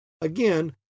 again